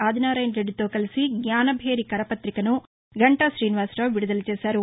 ఆదినారాయణ రెడ్డితో కలిసి జ్ఞాసభేరి కరపుతికను గంటా శ్రీనివాసరావు విడుదల చేశారు